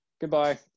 goodbye